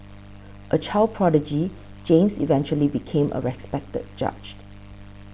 a child prodigy James eventually became a respected judge